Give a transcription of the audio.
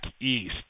east